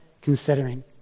considering